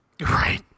Right